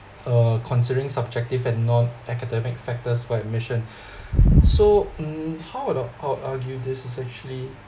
uh considering subjective and non-academic factors for admission so mm how the how argue this is actually